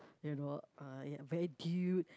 you know uh yeah where dude